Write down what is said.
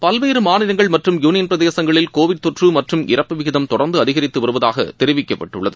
பல்வேறு மாநிலங்கள் மற்றும் யூனியன் பிரதேசங்களில் கோவிட் தொற்று மற்றும் இறப்பு விகிதம் தொடர்ந்து அதிகரித்து வருவதாக தெரிவிக்கப்பட்டுள்ளது